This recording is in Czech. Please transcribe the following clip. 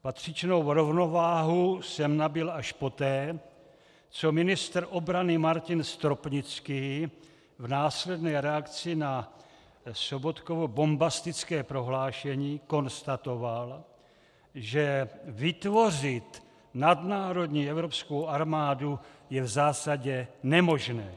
Patřičnou rovnováhu jsem nabyl až poté, co ministr obrany Martin Stropnický v následné reakci na Sobotkovo bombastické prohlášení konstatoval, že vytvořit nadnárodní evropskou armádu je v zásadě nemožné.